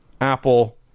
apple